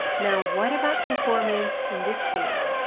now what about performance in this case.